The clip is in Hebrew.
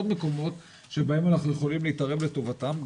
מקומות שבהם אנחנו יכולים להתערב לטובתם,